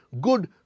good